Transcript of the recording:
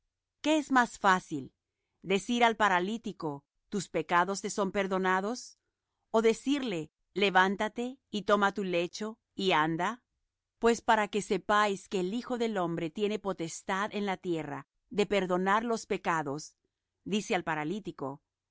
qué es más fácil decir al paralítico tus pecados te son perdonados ó decirle levántate y toma tu lecho y anda pues para que sepáis que el hijo del hombre tiene potestad en la tierra de perdonar los pecados dice al